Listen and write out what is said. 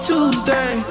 Tuesday